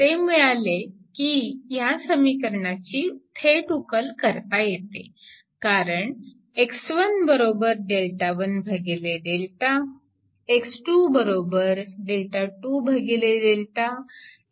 ते मिळाले की समीकरणाची थेट उकल करता येते